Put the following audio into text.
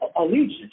allegiance